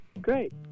great